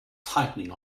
tightening